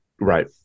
Right